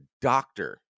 doctor